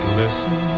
listen